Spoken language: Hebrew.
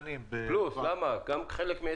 צריך גם וגם.